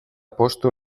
postu